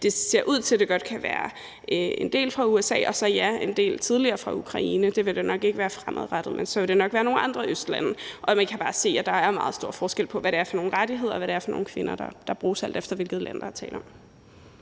Det ser ud til, at det godt kan være en del fra USA og så – ja, en del tidligere fra Ukraine. Det vil det nok ikke være fremadrettet, men så vil det jo nok være nogle andre østlande. Og man kan bare se, at der er meget stor forskel på, hvad det er for nogle rettigheder, man har, og hvad det er for nogle kvinder, der bruges, alt efter hvilke lande der er tale om.